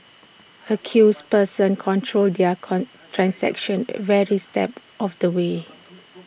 accused persons controlled there con transactions very step of the way